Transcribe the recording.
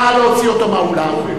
נא להוציא אותו מהאולם.